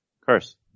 Curse